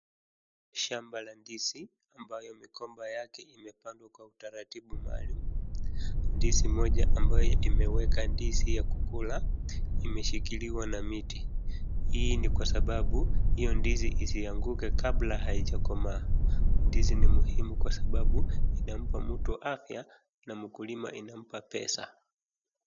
Shamaba la ndizi ambayo migomba yake imepandwa kwa utaratibu maaluum. Ndizi moja ambayo imeweka ndizi ya kukula imeshikiliwa na miti. Hii ni kwa sababu hiyo ndizi isianguke kabla haijakomaa. Ndizi ni muhimu kwa sababu inampa mtu afya na mkulima inampa pesa.